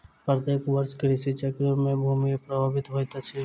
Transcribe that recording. प्रत्येक वर्ष कृषि चक्र से भूमि प्रभावित होइत अछि